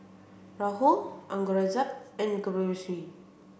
Rahul Aurangzeb and Subbulakshmi